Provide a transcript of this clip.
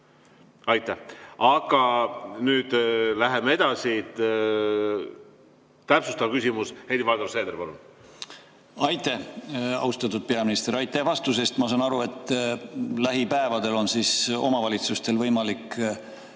Aitäh! Aga nüüd läheme edasi. Täpsustav küsimus, Helir-Valdor Seeder, palun! Aitäh! Austatud peaminister, aitäh vastuse eest! Ma saan aru, et lähipäevadel on omavalitsustel võimalik